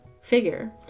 figure